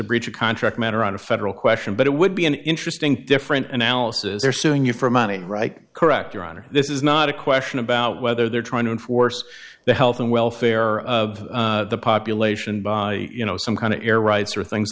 a breach of contract matter on a federal question but it would be an interesting different analysis they're suing you for money right correct your honor this is not a question about whether they're trying to enforce the health and welfare of the population by you know some kind of air rights or things